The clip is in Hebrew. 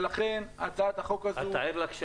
ולכן הצעת החוק הזאת.